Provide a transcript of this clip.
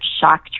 shock